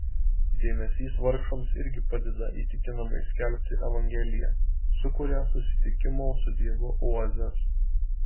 dėmesys vargšams irgi padeda įtikinamai skelbti evangeliją sukuria susitikimo su dievu oazes